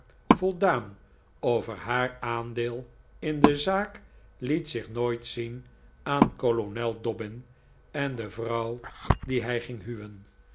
voldaan over haar aandeel in de zaak liet zich nooit zien aan kolonel dobbin en de vrouw die hij ging huwen